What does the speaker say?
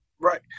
right